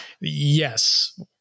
Yes